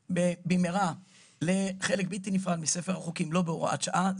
במהרה כחלק בלתי נפרד מספר החוקים לא בהוראת שעה.